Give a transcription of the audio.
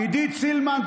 עידית סילמן,